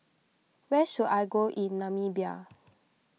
where should I go in Namibia